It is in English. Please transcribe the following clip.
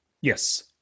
Yes